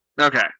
Okay